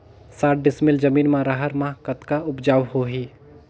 साठ डिसमिल जमीन म रहर म कतका उपजाऊ होही?